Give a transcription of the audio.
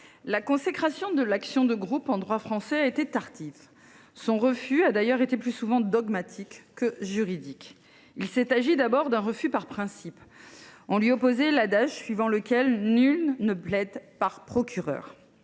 la consécration de l’action de groupe en droit français a été tardive. Son refus a d’ailleurs été plus souvent dogmatique que juridique. Il s’est tout d’abord agi d’un refus de principe : on lui opposait l’adage suivant lequel « nul ne plaide par procureur ».